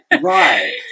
right